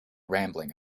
rambling